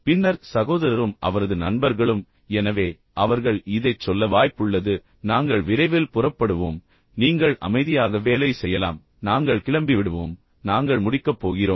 பின்னர் சகோதரரும் அவரது நண்பர்களும் எனவே அவர்கள் இதைச் சொல்ல வாய்ப்புள்ளது நாங்கள் விரைவில் புறப்படுவோம் நீங்கள் அமைதியாக வேலை செய்யலாம் நாங்கள் கிளம்பிவிடுவோம் நாங்கள் முடிக்கப்போகிறோம்